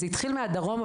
זה התחיל מהדרום,